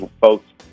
folks